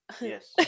yes